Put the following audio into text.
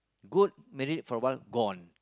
good made it for a while gone